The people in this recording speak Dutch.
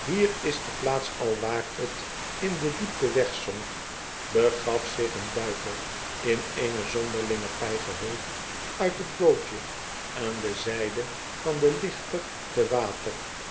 hier is de plaats alwaar t in de diepte wegzonk begaf zich een duiker in eene zonderlinge pij gehuld uit t bootje aan de zijde van den lichter te water